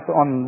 on